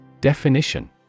Definition